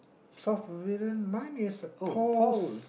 south pavillion mine is a paws